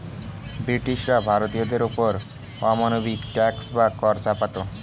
ব্রিটিশরা ভারতীয়দের ওপর অমানবিক ট্যাক্স বা কর চাপাতো